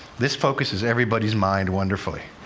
this focuses everybody's mind wonderfully.